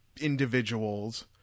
individuals